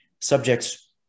subjects